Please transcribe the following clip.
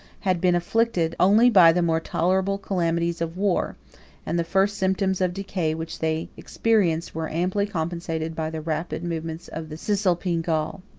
had been afflicted only by the more tolerable calamities of war and the first symptoms of decay which they experienced, were amply compensated by the rapid improvements of the cisalpine gaul.